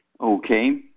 Okay